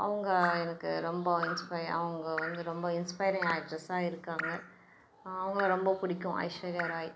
அவங்க எனக்கு ரொம்ப இன்ஸ்பையர் அவங்க வந்து ரொம்ப இன்ஸ்பையரிங் ஆக்ட்ரஸாக இருக்காங்க அவங்கள ரொம்ப பிடிக்கும் ஐஸ்வர்யா ராய்